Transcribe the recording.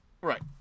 Right